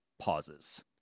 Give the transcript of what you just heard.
pauses